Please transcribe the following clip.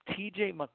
TJ